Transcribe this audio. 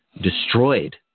destroyed